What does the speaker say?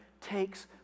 takes